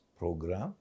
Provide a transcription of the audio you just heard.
program